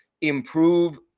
improve